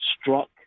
struck